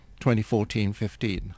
2014-15